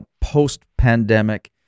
post-pandemic